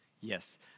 Yes